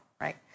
right